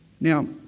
Now